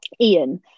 Ian